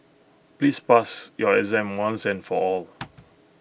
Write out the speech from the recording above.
please pass your exam once and for all